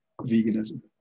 veganism